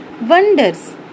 wonders